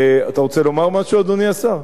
אתה רוצה לומר משהו, אדוני השר?